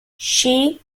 she